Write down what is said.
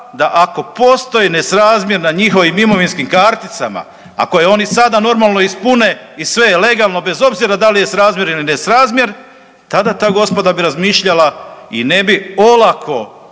da ako postoji nesrazmjer na njihovim imovinskim karticama, ako je oni i sada normalno ispune i sve je legalno, bez obzira da li je srazmjer ili nesrazmjer, tada ta gospoda bi razmišljala i ne bi olako